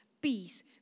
Peace